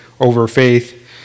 over-faith